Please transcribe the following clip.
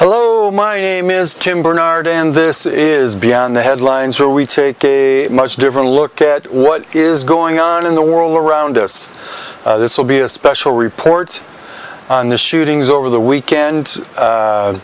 hello my name is tim bernard and this is beyond the headlines where we take a much different look at what is going on in the world around us this will be a special report on the shootings over the weekend